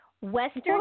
Western